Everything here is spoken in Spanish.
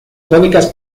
cónicas